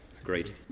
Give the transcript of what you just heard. agreed